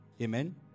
Amen